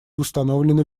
установлены